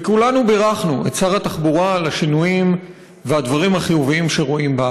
וכולנו בירכנו את שר התחבורה על השינויים והדברים החיוביים שרואים בארץ,